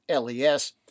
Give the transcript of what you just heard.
LES